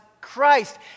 Christ